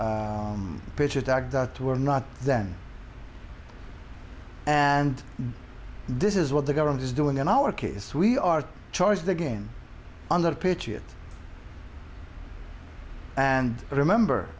that were not then and this is what the government is doing in our case we are charged again under the patriot and remember